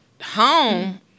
Home